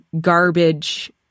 garbage